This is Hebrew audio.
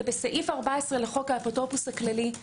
זה בסעיף 14 לחוק האפוטרופוס הכללי.